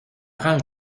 rage